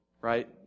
right